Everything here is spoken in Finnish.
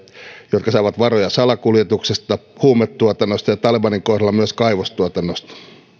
jotka saavat varoja salakuljetuksesta huumetuotannosta ja talebanin kohdalla myös kaivostuotannosta